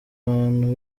abantu